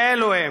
ואלו הם: